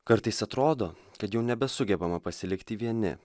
kartais atrodo kad jau nebesugebama pasilikti vieni